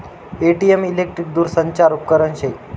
ATM electric दूरसंचार उपकरन शे